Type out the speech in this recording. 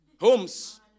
Homes